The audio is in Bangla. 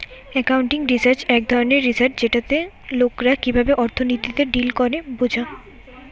একাউন্টিং রিসার্চ এক ধরণের রিসার্চ যেটাতে লোকরা কিভাবে অর্থনীতিতে ডিল করে বোঝা